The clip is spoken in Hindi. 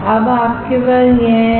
अब आपके पास यह है